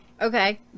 Okay